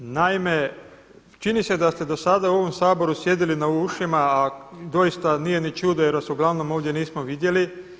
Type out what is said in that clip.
Naime, čini se da ste do sada u ovom Saboru sjedili na ušima, a doista nije ni čudo jer vas uglavnom ovdje nismo vidjeli.